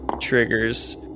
triggers